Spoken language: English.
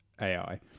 AI